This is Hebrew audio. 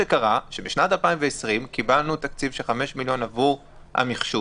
בשנת 2020 קיבלנו תקציב של 5 מיליון עבור המחשוב,